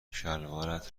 شلوارت